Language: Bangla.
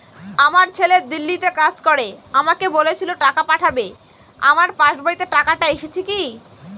আমার ছেলে দিল্লীতে কাজ করে আমাকে বলেছিল টাকা পাঠাবে আমার পাসবইতে টাকাটা এসেছে কি?